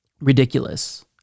ridiculous